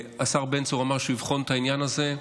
השר בן צור אמר שהוא יבחן את העניין הזה,